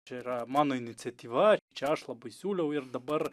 čia yra mano iniciatyva čia aš labai siūliau ir dabar